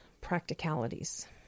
practicalities